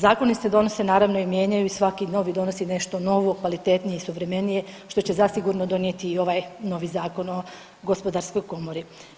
Zakoni se donose naravno i mijenjaju i svaki novi donosi nešto novo, kvalitetnije i suvremenije što će zasigurno donijeti i ovaj novi Zakon o gospodarskoj komori.